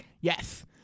Yes